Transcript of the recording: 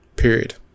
period